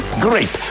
Great